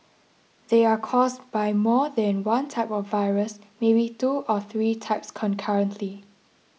they are caused by more than one type of virus maybe two or three types concurrently